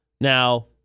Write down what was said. Now